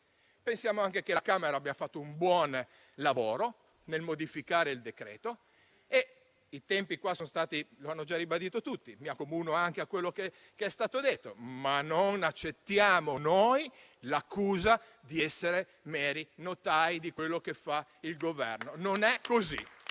Pensiamo anche che la Camera abbia fatto un buon lavoro nel modificare il decreto. I tempi qua sono stati quello che sono stati; lo hanno già ribadito tutti e mi accomuno a quanto è stato detto. Ma non accettiamo l'accusa di essere meri notai di quello che fa il Governo. Non è così.